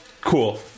cool